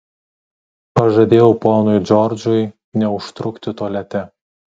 pažadėjau ponui džordžui neužtrukti tualete